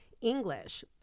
English